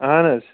اَہَن حظ